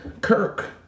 Kirk